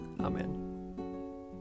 Amen